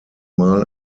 mal